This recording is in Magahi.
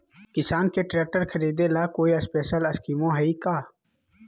किसान के ट्रैक्टर खरीदे ला कोई स्पेशल स्कीमो हइ का?